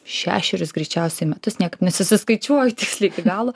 šešerius greičiausiai metus niekaip nesusiskaičiuoju tiksliai iki galo